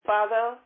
Father